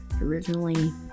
originally